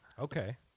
Okay